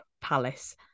Palace